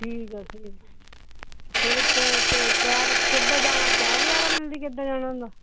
ਠੀਕ ਆ ਜੀ ਫਿਰ ਕੈ ਕੈ ਕੈਬ ਕਿੱਦਾਂ ਜਾਣਾ ਕੈਬ ਵਗੈਰਾ ਮਿਲਦੀ ਕਿੱਦਾਂ ਜਾਣਾ ਹੁੰਦਾ